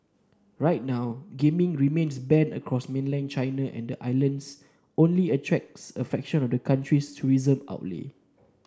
right now gaming remains banned across mainland China and the islands only attracts a fraction of the country's tourism outlay